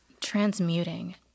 Transmuting